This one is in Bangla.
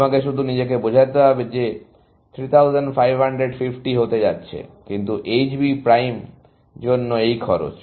তোমাকে শুধু নিজেকে বোঝাতে হবে যে 3550 হতে যাচ্ছে কিন্তু HB প্রাইম জন্য এই খরচ